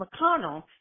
McConnell